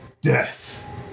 death